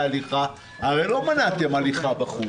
הרי לא מנעתם הליכה בחוץ.